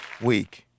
week